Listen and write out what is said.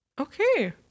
Okay